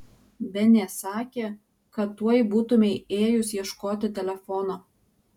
benė sakė kad tuoj būtumei ėjus ieškoti telefono